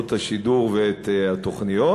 שעות השידור ואת התוכניות,